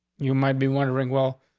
you might be wondering. well,